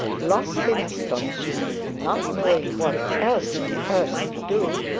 lost in astonishment, and not knowing what else on earth to do,